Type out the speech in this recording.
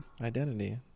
Identity